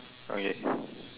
okay